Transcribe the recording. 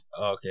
Okay